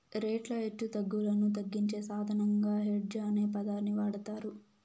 రేట్ల హెచ్చుతగ్గులను తగ్గించే సాధనంగా హెడ్జ్ అనే పదాన్ని వాడతారు